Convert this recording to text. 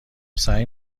سعی